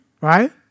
right